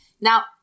Now